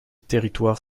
territoire